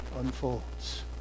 unfolds